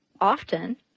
Often